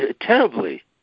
terribly